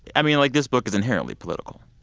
i mean, like, this book is inherently political.